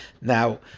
Now